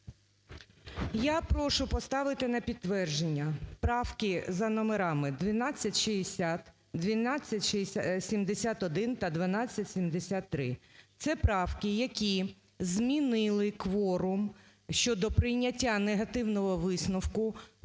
Я прошу поставити на підтвердження правки за номерами: 1260, 1271 та 1273. Це правки, які змінили кворум щодо прийняття негативного висновку